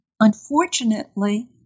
Unfortunately